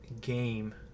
game